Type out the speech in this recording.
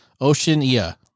Oceania